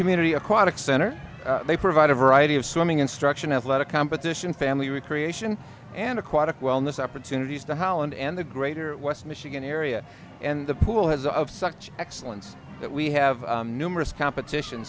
community aquatic center they provide a variety of swimming instruction athletic competition family recreation and aquatic wellness opportunities to holland and the greater west michigan area and the pool has of such excellence that we have numerous competition